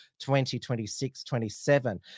2026-27